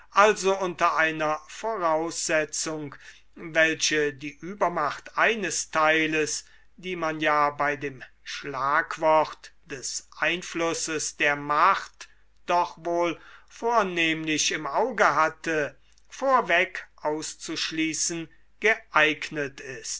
also unter einer voraussetzung welche die übermacht eines teiles die man ja bei dem schlagwort des einflusses der macht doch wohl vornehmlich im auge hatte vorweg auszuschließen geeignet ist